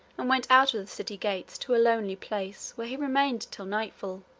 and went out of the city gates to a lonely place, where he remained till nightfall,